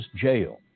jail